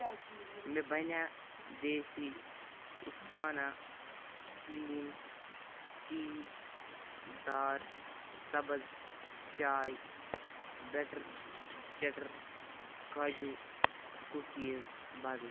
مےٚ بَنے دیسی اُتھانہ سلیم ٹی دار سبٕز چاے بیٹر چیٹر کاجوٗ کُکیٖز بدلہٕ